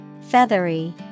Feathery